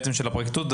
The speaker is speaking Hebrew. של הפרקליטות,